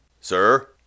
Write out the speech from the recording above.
Sir